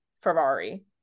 Ferrari